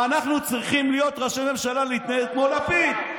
אנחנו צריכים להיות ראשי ממשלה, להתנהג כמו לפיד,